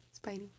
Spidey